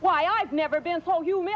why i've never been so humi